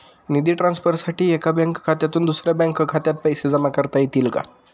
निधी ट्रान्सफरसाठी एका बँक खात्यातून दुसऱ्या बँक खात्यात पैसे जमा करता येतील का?